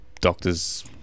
doctor's